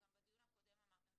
גם בדיון הקודם אמרתם,